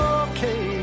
okay